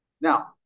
Now